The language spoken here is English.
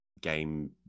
game